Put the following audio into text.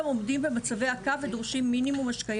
עומדים במצבי עקה ודורשים מינימום השקיה.